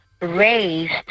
raised